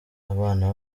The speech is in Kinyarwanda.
abana